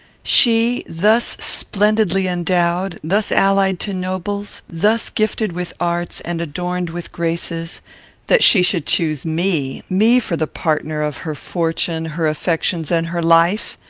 she, thus splendidly endowed thus allied to nobles thus gifted with arts, and adorned with graces that she should choose me, me for the partner of her fortune her affections and her life!